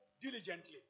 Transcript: diligently